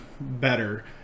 better